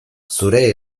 zure